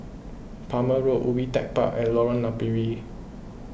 Palmer Road Ubi Tech Park and Lorong Napiri